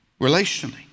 Relationally